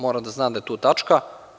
Mora da zna da je tu tačka.